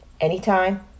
anytime